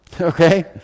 okay